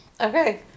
Okay